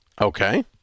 Okay